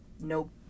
Nope